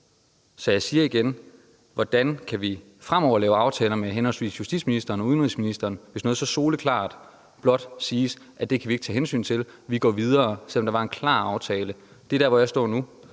Så jeg spørger igen: Hvordan kan vi fremover lave aftaler med henholdsvis justitsministeren og udenrigsministeren, hvis der i forhold til noget, der er så soleklart, blot siges, at det kan man ikke tage hensyn til, og man går videre, selv om der var en klar aftale? Det er der, hvor jeg står nu: